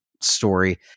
story